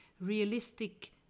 realistic